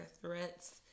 threats